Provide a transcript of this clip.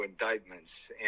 indictments